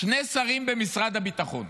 שני שרים במשרד הביטחון,